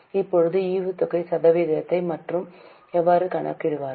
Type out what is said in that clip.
இப்போது ஈவுத்தொகை சதவீதத்தை எவ்வாறு கணக்கிடுவார்கள்